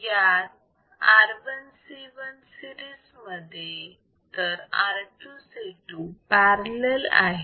यात R1 C1 सीरिजमध्ये तर R2 C2 पॅरलल आहेत